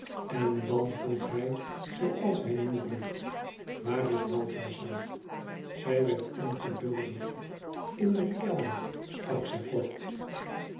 en dan vroeg hij zooals hij nu vroeg waar is balthazar zij werd ongeduldig in den kelder sprak zij kort